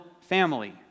family